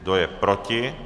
Kdo je proti?